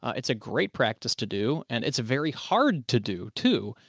it's a great practice to do and it's a very hard to do too,